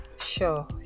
Sure